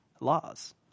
laws